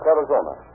Arizona